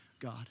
God